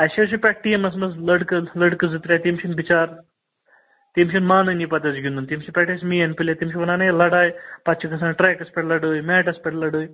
اَسہِ حظ چھُ پٮ۪ٹھ ٹیٖمَس منٛز لٔڑکہٕ لٔڑکہٕ زٕ ترٛےٚ تِم چھِ نہٕ بِچار تِم چھِ نہٕ مانٲنی پَتہٕ حظ گَنٛدُن تِم چھِ پٮ۪ٹھ اَسہِ میٖن پٕلیر تِم چھِ ونان ہے لڑاے پَتہٕ چھِ گژھان ٹرٛیٚکَس پٮ۪ٹھ لڑٲے میٹس پٮ۪ٹھ لڑٲے